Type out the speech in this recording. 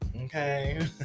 okay